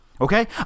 Okay